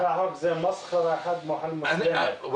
--- זה מסחרה --- ווליד,